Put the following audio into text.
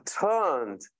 turned